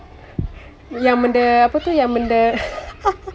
yang benda apa tu yang benda